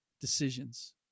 decisions